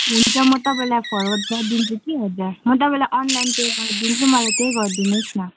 हुन्छ म तपाईँलाई फरवर्ड गरिदिन्छु कि हजुर म तपाईँलाई अनलाइन पे गरिदिन्छु मलाई त्यही गरिदिनु होस् न